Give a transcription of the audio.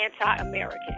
anti-american